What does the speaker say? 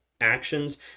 actions